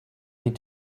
need